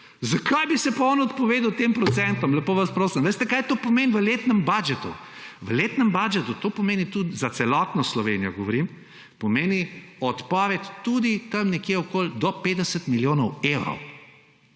zakaj bi se pa on odpovedal tem procentom, lepo vas prosim?! Veste, kaj to pomeni v letnem budžetu? V letnem budžetu to pomeni – za celotno Slovenijo govorim – odpoved tudi tam nekje do 50 milijonov evrov.